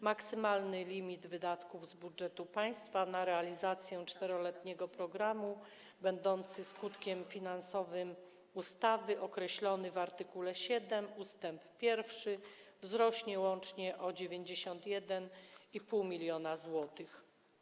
Maksymalny limit wydatków z budżetu państwa na realizację 4-letniego programu, będący skutkiem finansowym ustawy, określony w art. 7 ust. 1, wzrośnie łącznie o 91,5 mln zł.